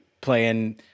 playing